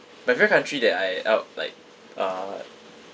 my favourite country that I uh like uh